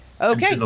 Okay